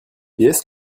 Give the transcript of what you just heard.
pièce